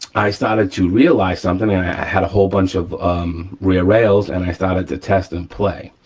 i started to realize something and i had a whole bunch of rear rails and i started to test and play.